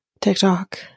TikTok